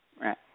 Right